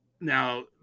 now